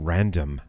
Random